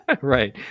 right